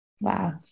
Wow